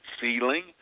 ceiling